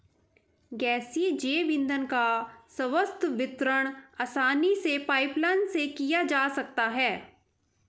गैसीय जैव ईंधन का सर्वत्र वितरण आसानी से पाइपलाईन से किया जा सकता है